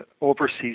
overseas